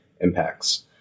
impacts